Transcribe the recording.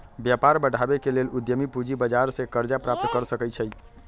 व्यापार बढ़ाबे के लेल उद्यमी पूजी बजार से करजा प्राप्त कर सकइ छै